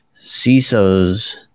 CISOs